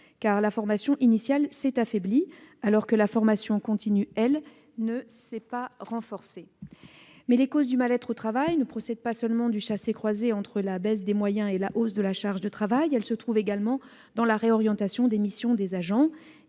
car la formation initiale s'est affaiblie, alors que la formation continue, elle, ne s'est pas renforcée. Mais les causes du mal-être au travail ne procèdent pas seulement du chassé-croisé entre la baisse des moyens et la hausse de la charge de travail ; elle se trouve également dans la réorientation des missions des agents.